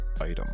item